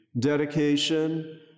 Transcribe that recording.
dedication